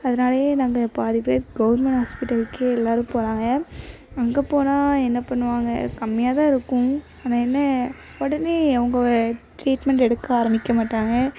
அதனாலயே நாங்கள் பாதி பேரு கவுர்மெண்ட் ஹாஸ்பிட்டலுக்கே எல்லோரும் போகிறாங்க அங்கே போனால் என்ன பண்ணுவாங்க கம்மியாக தான் இருக்கும் ஆனால் என்ன உடனே அவங்க டிரீட்மெண்ட்டு எடுக்க ஆரம்பிக்க மாட்டாங்க